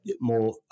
more